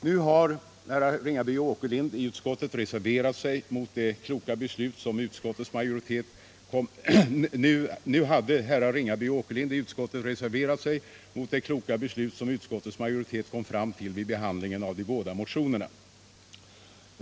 Nu hade herrar Ringaby och Åkerlind i utskottet reserverat sig mot det kloka beslut som utskottets majoritet kom fram till vid behandlingen av de båda motionerna.